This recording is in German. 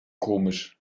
komisch